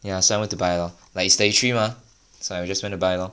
ya so I went to buy lor like it's thirty three mah so I went to buy loh